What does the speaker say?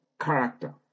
character